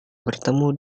bertemu